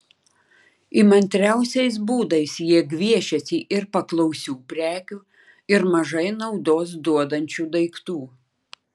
įmantriausiais būdais jie gviešiasi ir paklausių prekių ir mažai naudos duodančių daiktų